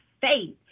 faith